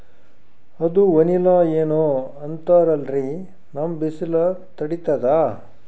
ಅದು ವನಿಲಾ ಏನೋ ಅಂತಾರಲ್ರೀ, ನಮ್ ಬಿಸಿಲ ತಡೀತದಾ?